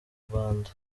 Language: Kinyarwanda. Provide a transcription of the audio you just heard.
rwanda